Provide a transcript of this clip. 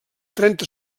trenta